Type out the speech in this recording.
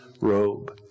robe